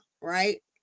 right